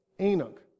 enoch